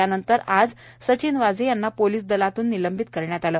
त्यानंतर आज सचिन वाझे यांना पोलीस दलातून निलंबित करण्यात आलं